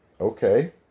Okay